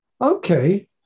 okay